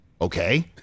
Okay